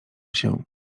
się